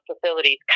facilities